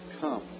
come